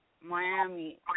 Miami